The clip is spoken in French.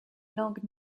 langues